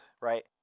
right